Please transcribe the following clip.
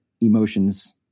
emotions